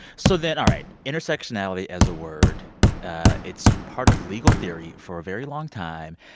so then, all right, intersectionality as a word ah it's part of legal theory for a very long time.